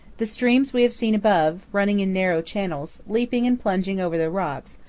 the streams we have seen above, running in narrow channels, leaping and plunging over the rocks,